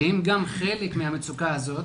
שהם גם חלק מהמצוקה הזאת,